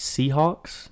Seahawks